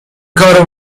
کارو